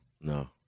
No